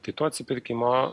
tai to atsipirkimo